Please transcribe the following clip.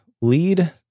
lead